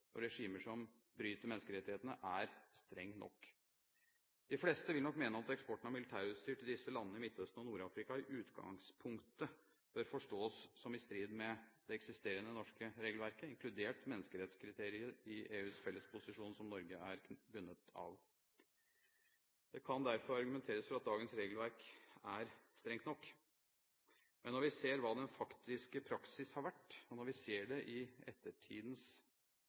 og regimer som bryter menneskerettighetene, er streng nok. De fleste vil nok mene at eksporten av militærutstyr til disse landene i Midtøsten og Nord-Afrika i utgangspunktet bør forstås som i strid med det eksisterende norske regelverket, inkludert menneskerettighetskriteriet i EUs felles posisjon, som Norge er bundet av. Det kan derfor argumenteres for at dagens regelverk er strengt nok. Men når vi ser hva den faktiske praksis har vært, og når vi ser det i ettertidens